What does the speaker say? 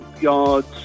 yards